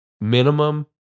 minimum